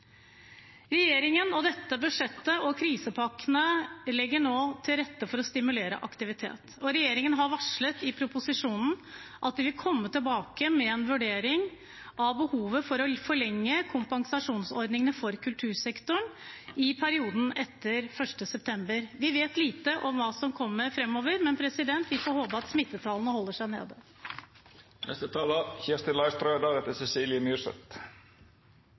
Regjeringen – og dette budsjettet og krisepakkene – legger nå til rette for å stimulere til aktivitet, og regjeringen har i proposisjonen varslet at de vil komme tilbake med en vurdering av behovet for å forlenge kompensasjonsordningene for kultursektoren i perioden etter 1. september. Vi vet lite om hva som kommer framover, men vi får håpe at smittetallene holder seg